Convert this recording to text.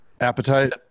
Appetite